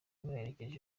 bamuherekeje